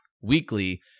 weekly